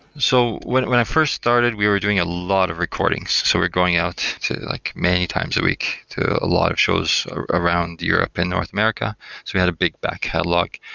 so when when i first started, we were doing a lot of recordings. so we're going out to like many times a week to a lot of shows around europe and north america. so we had a big back catalogue.